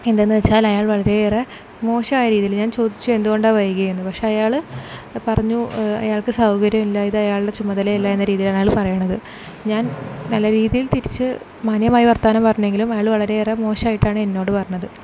എന്തെന്ന് വച്ചാൽ അയാൾ വളരെയേറെ മോശമായ രീതിയിൽ ഞാൻ ചോദിച്ചു എന്തുകൊണ്ടാണ് വൈകിയേ എന്ന് പക്ഷെ അയാൾ പറഞ്ഞൂ അയാൾക്ക് സൗകര്യമില്ല ഇത് അയാളുടെ ചുമതല അല്ല എന്ന രീതിയിലാണ് അയാൾ പറയുന്നത് ഞാൻ നല്ല രീതിയിൽ തിരിച്ച് മാന്യമായി വർത്തമാനം പറഞ്ഞെങ്കിലും അയാൾ വളരെയേറെ മോശമായിട്ടാണ് എന്നോട് പറഞ്ഞത്